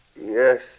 Yes